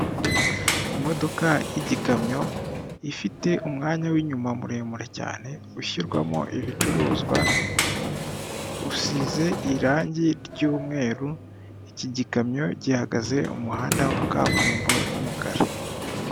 Imodoka y'gikamyo ifite umwanya w'inyuma muremure cyane, ushyirwamo ibicuruzwa usize irangi ry'yumweru, iki gikamyo gihagaze mu muhanda wa kaburimbo y'umukara.